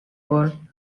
for